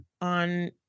on